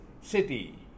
city